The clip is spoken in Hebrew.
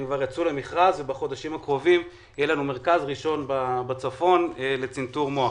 יצאו למכרז ובחודשים קרובים יהיה לנו מרכז ראשון בצפון לצנתור מוח.